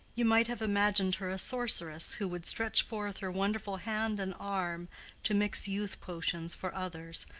you might have imagined her a sorceress who would stretch forth her wonderful hand and arm to mix youth-potions for others,